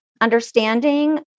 understanding